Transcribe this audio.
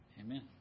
Amen